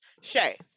Shay